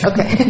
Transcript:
Okay